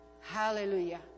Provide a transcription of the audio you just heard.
Hallelujah